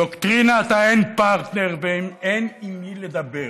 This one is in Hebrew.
דוקטרינת האין פרטנר והאין עם מי לדבר.